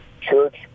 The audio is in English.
church